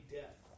death